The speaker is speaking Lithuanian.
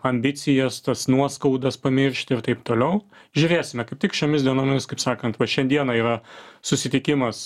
ambicijas tas nuoskaudas pamiršti ir taip toliau žiūrėsime kaip tik šiomis dienomis kaip sakant va šiandiena yra susitikimas